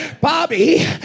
Bobby